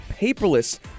paperless